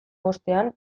bostean